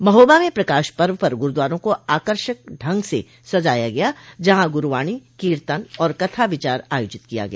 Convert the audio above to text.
महोबा में प्रकाश पर्व पर गुरूद्वारों को आकर्षक ढंग से सजाया गया जहां गुरूवाणी कीर्तन और कथा विचार आयोजित किया गया